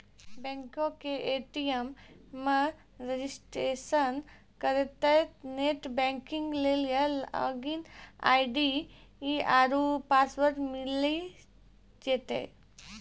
बैंको के ए.टी.एम मे रजिस्ट्रेशन करितेंह नेट बैंकिग लेली लागिन आई.डी आरु पासवर्ड मिली जैतै